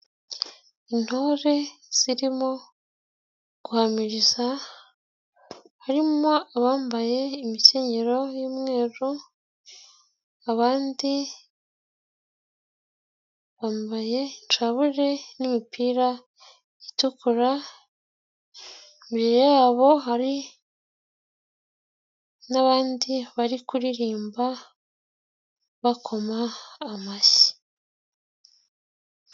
Intore zirimo guhamiriza, harimo abambaye imikenyero y'umweru, abandi bambaye inshaburi n'imipira itukura, imbere yabo hari n'abandi bari kuririmba bakoma amashyi.